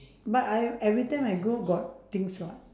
but I every time I go got things [what]